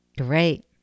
Great